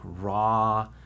raw